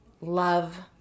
love